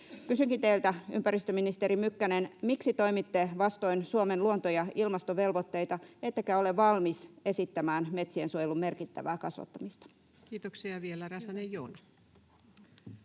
Kysynkin teiltä, ympäristöministeri Mykkänen: miksi toimitte vastoin Suomen luonto- ja ilmastovelvoitteita, ettekä ole valmis esittämään metsiensuojelun merkittävää kasvattamista? Kiitoksia. — Ja vielä Räsänen,